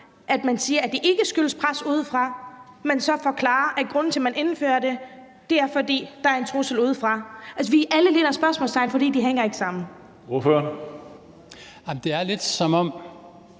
at man siger, at det ikke skyldes pres udefra, men så forklarer, at grunden til, at man indfører det, er, at der er en trussel udefra. Alle ligner et spørgsmåltegn, for det hænger ikke sammen. Kl.